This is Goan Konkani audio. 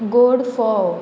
गोड फोव